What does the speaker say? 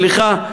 סליחה.